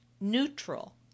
Neutral